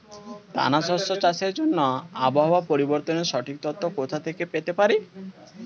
দানা শস্য চাষের জন্য আবহাওয়া পরিবর্তনের সঠিক তথ্য কোথা থেকে পেতে পারি?